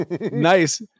Nice